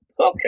okay